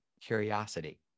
curiosity